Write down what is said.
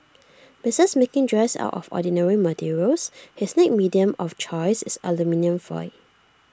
besides making dresses out of ordinary materials his next medium of choice is aluminium foil